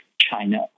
China